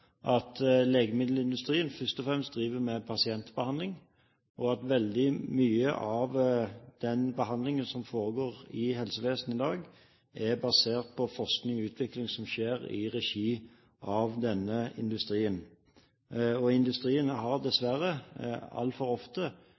at legemiddelindustrien først og fremst driver med pasientbehandling, og at veldig mye av den behandlingen som foregår i helsevesenet i dag, er basert på forskning og utvikling som skjer i regi av denne industrien. Industrien har dessverre altfor ofte